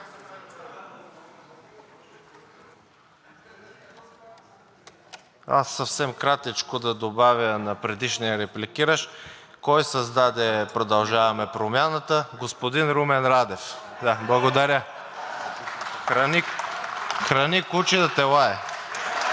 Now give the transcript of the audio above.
Съвсем кратичко да добавя за предишния репликиращ. Кой създаде „Продължаваме Промяната“? Господин Румен Радев! Храни куче да те лае!